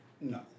No